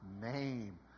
name